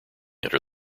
enter